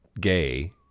gay